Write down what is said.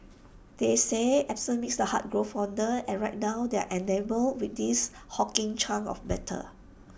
they say absence makes the heart grow fonder and right now we are enamoured with these hulking chunks of metal